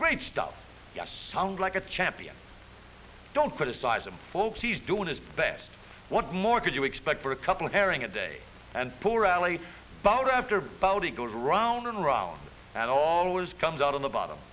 great stuff sounds like a champion don't criticize him folks he's doing his best what more could you expect for a couple of sharing a day and poor allie bulger after about he goes round and round and always comes out of the bottom